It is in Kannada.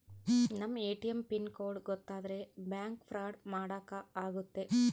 ನಮ್ ಎ.ಟಿ.ಎಂ ಪಿನ್ ಕೋಡ್ ಗೊತ್ತಾದ್ರೆ ಬ್ಯಾಂಕ್ ಫ್ರಾಡ್ ಮಾಡಾಕ ಆಗುತ್ತೆ